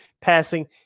passing